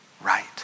right